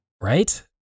Right